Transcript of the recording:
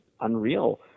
unreal